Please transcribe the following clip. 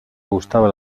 gustaba